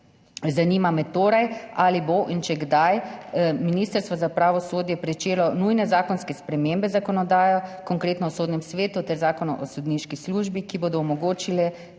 Zanima me torej: Ali bo Ministrstvo za pravosodje začelo nujne zakonske spremembe zakonodaje, konkretno Zakona o sodnem svetu ter Zakona o sodniški službi, ki bodo omogočile,